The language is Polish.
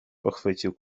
pochwycił